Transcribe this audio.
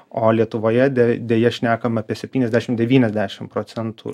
o lietuvoje de deja šnekame apie septyniasdešim devyniasdešim procentų